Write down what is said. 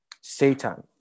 Satan